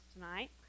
tonight